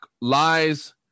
lies